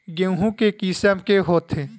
गेहूं के किसम के होथे?